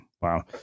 Wow